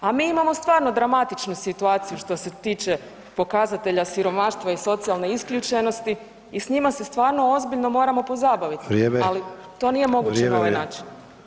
A mi imamo stvarno dramatičnu situaciju što se tiče pokazatelja siromaštva i socijalne isključenosti i s njima se stvarno ozbiljno moramo pozabavit, [[Upadica: Vrijeme]] ali to nije moguće [[Upadica: Vrijeme je]] na ovaj način.